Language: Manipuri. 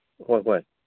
ꯍꯣꯏ ꯍꯣꯏ